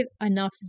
enough